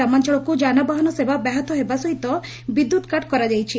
ଗ୍ରାମାଅଳକୁ ଯାନବାହାନ ସେବା ବ୍ୟାହତ ହେବା ସହିତ ବିଦ୍ୟୁତ୍ କାଟ୍ କରାଯାଇଛି